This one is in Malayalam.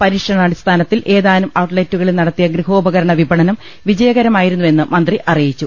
പരീക്ഷണാടിസ്ഥാനത്തിൽ ഏതാനും ഔട്ട്ലെറ്റുകളിൽ നടത്തിയ ഗൃഹോപകരണ വിപണനം വിജയകര മായിരുന്നുവെന്ന് മന്ത്രി അറിയിച്ചു